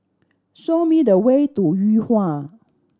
show me the way to Yuhua